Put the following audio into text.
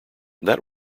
that